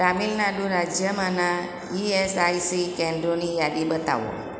તામિલનાડુ રાજ્યમાંનાં ઇએસઆઇસી કેન્દ્રોની યાદી બતાવો